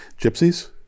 Gypsies